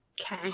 Okay